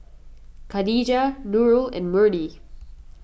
Khadija Nurul and Murni